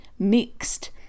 Mixed